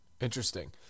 Interesting